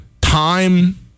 time